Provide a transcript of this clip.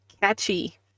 catchy